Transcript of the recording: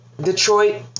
Detroit